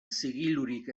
zigilurik